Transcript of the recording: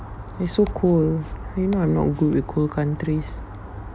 eh so cold you know I am not good with cold countries